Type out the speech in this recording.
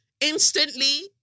instantly